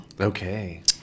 Okay